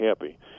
happy